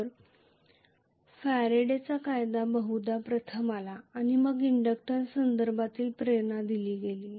तर फॅराडेचा कायदा बहुधा प्रथम आला आणि मग इंडक्टन्स संदर्भातील प्रेरणा दिली गेली